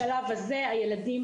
בשלב הזה הילדים,